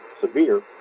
severe